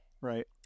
Right